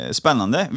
spännande